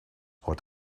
what